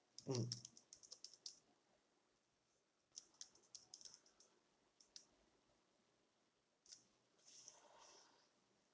mm